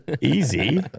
easy